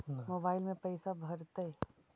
Mobile में पैसा भरैतैय?